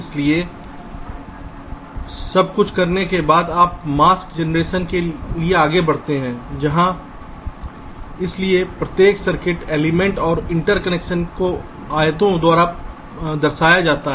इसलिए सब कुछ करने के बाद आप मास्क निर्माण के लिए आगे बढ़ते हैं जहां इसलिए प्रत्येक सर्किट एलिमेंट और इंटरकनेक्शन को आयतों द्वारा दर्शाया जाता है